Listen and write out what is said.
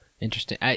Interesting